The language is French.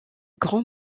grand